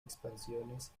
expansiones